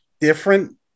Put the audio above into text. different